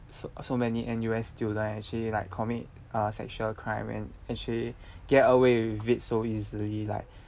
so so many N_U_S student actually like commit uh sexual crime and actually get away with it so easily like